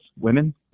women